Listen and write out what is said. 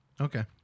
Okay